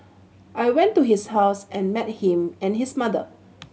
I went to his house and met him and his mother